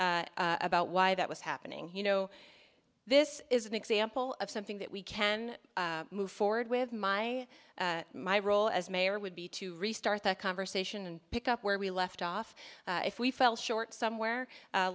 about why that was happening you know this is an example of something that we can move forward with my my role as mayor would be to restart that conversation and pick up where we left off if we fell short somewhere